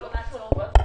לחלוטין.